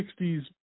60s